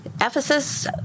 Ephesus